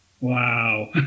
Wow